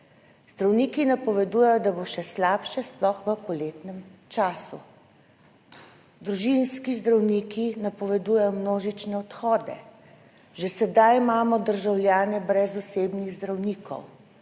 Zdravniki napovedujejo, da bo še slabše, sploh v poletnem času. Družinski zdravniki napovedujejo množične odhode. Že sedaj imamo državljane brez osebnih zdravnikov,